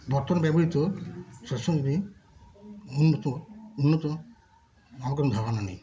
বর্তমানে ব্যবহৃত উন্নত উন্নত আমার কোনো ধারনা নেই